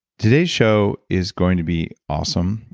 today's show is going to be awesome.